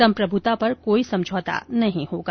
संमप्रभूता पर कोई समझौता नहीं होगा